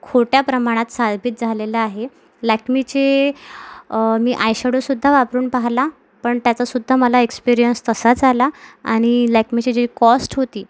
खोट्या प्रमाणात साबित झालेलं आहे लॅकमेचे मी आयशॅडोसुध्दा वापरून पाहिला पण त्याचासुध्दा मला एक्सपरियन्स तसाच आला आणि लॅकमेचे जी कॉस्ट होती